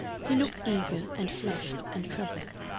he looked eager and flushed and troubled.